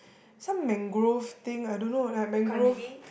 some mangrove thing I don't know I have mangrove